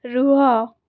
ରୁହ